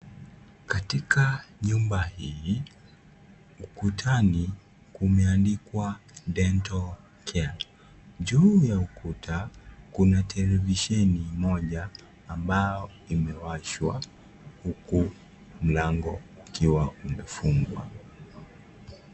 Katika nyumba hii, ukutani kumeandikwa dental care . Juu ya ukuta, Kuna televisheni moja ambayo imewashwa huku mlango ukiwa umefungwa